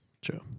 True